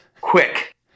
quick